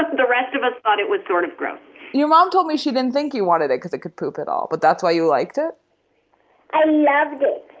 that the rest of us thought it was sort of gross your mom told me she didn't think you wanted it because it could poop at all. but that's why you liked it and abigail